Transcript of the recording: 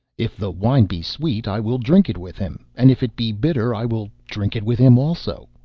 if the wine be sweet i will drink it with him, and if it be bitter i will drink it with him also,